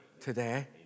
today